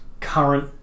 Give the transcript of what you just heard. current